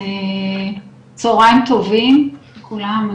צהריים טובים לכולם,